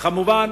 ומובן